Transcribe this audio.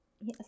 yes